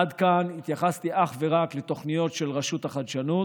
עד כאן התייחסתי אך ורק לתוכניות של רשות החדשנות.